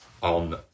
on